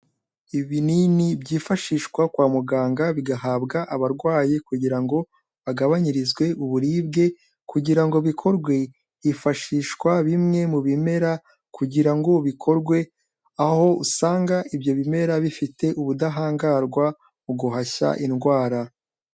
Ibinini byifashishwa kwa muganga bigahabwa abarwayi, kugira ngo bagabanyirizwe uburibwe, kugira ngo bikorwe hifashishwa bimwe mu bimera, kugira ngo bikorwe aho usanga ibyo bimera bifite ubudahangarwa mu guhashya indwara.